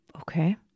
Okay